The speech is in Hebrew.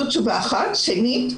שנית,